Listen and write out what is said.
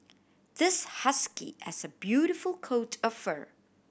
this husky has a beautiful coat of fur